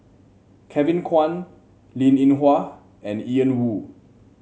Kevin Kwan Linn In Hua and Ian Woo